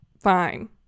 fine